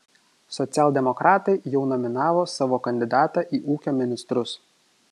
socialdemokratai jau nominavo savo kandidatą į ūkio ministrus